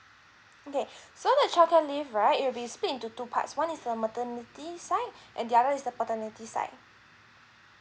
okay so the child care leave right it will be split into two parts one is the maternity side and the other is the paternity side